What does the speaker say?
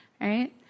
right